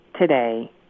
today